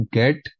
get